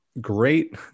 great